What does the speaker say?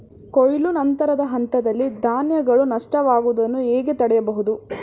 ಕೊಯ್ಲು ನಂತರದ ಹಂತದಲ್ಲಿ ಧಾನ್ಯಗಳ ನಷ್ಟವಾಗುವುದನ್ನು ಹೇಗೆ ತಡೆಯಬಹುದು?